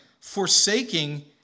forsaking